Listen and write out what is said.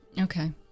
okay